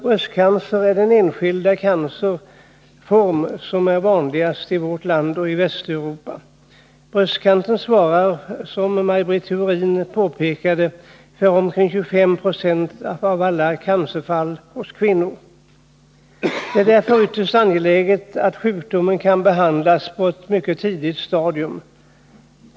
Bröstcancer är den enskilda cancerform som är vanligast i vårt land och i Västeuropa. Bröstcancer svarar, som Maj Britt Theorin påpekade, för omkring 25 96 av alla cancerfall hos kvinnor. Det är därför ytterst angeläget att sjukdomen kan behandlas på ett mycket tidigt stadium.